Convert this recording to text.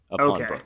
Okay